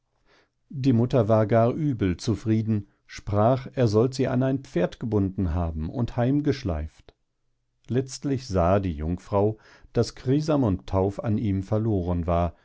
die mutter war gar übel zufrieden sprach er sollt sie an ein pferd gebunden haben und heim geschleift letztlich sahe die jungfrau daß chrisam und tauf an ihm verloren war